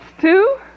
two